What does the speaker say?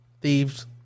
thieves